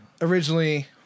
originally